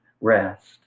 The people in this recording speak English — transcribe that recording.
rest